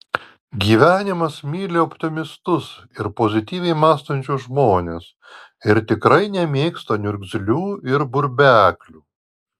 gyvenimas myli optimistus ir pozityviai mąstančius žmones ir tikrai nemėgsta niurgzlių ir burbeklių